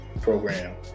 program